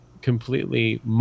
completely